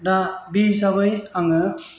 दा बे हिसाबै आङो